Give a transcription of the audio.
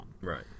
Right